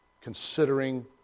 considering